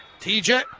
TJ